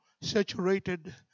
saturated